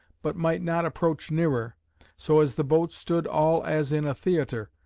but might not approach nearer so as the boats stood all as in a theatre,